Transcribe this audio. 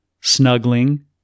Snuggling